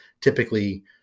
typically